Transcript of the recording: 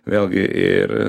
vėlgi ir